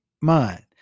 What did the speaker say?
mind